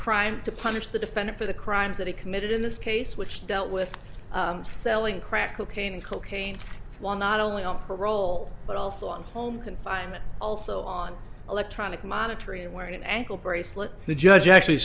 crime to punish the defendant for the crimes that he committed in this case which dealt with selling crack cocaine cocaine while not only on parole but also on home confinement also on electronic monitoring and wearing an ankle bracelet the judge actually